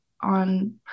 on